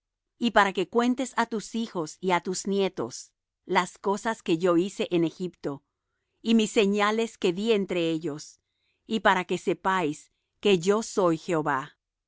y para que cuentes á tus hijos y á tus nietos las cosas que yo hice en egipto y mis señales que dí entre ellos y para que sepáis que yo soy jehová